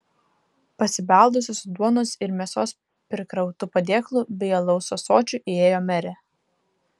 pasibeldusi su duonos ir mėsos prikrautu padėklu bei alaus ąsočiu įėjo merė